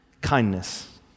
kindness